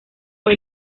fue